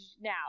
now